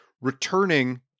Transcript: returning